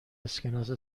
اسکناس